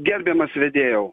gerbiamas vedėjau